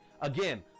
Again